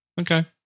Okay